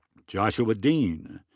joshua dean.